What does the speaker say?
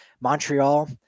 Montreal